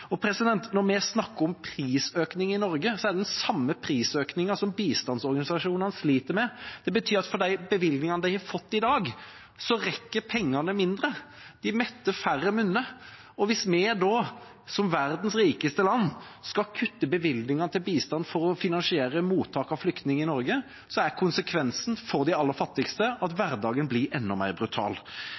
Og når vi snakker om prisøkning i Norge, er det den samme prisøkningen som bistandsorganisasjonene sliter med. Det betyr at for de bevilgningene de har fått i dag, rekker pengene til mindre – de metter færre munner. Og hvis vi da, som verdens rikeste land, skal kutte i bevilgningene til bistand for å finansiere mottak av flyktninger i Norge, er konsekvensen for de aller fattigste at hverdagen blir enda mer brutal.